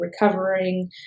recovering